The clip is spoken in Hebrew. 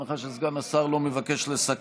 בהנחה שסגן השר לא מבקש לסכם.